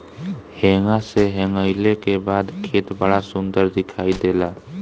हेंगा से हेंगईले के बाद खेत बड़ा सुंदर दिखाई देला